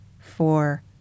four